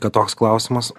kad toks klausimas